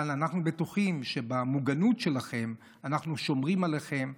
אבל אנחנו בטוחים שבמוגנות שלכן אנחנו שומרים עליכן,